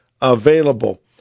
available